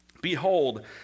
behold